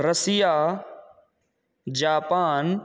Russia Japan